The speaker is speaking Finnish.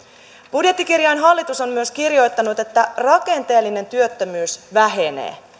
budjettikirjaan hallitus on myös kirjoittanut että rakenteellinen työttömyys vähenee